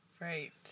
Right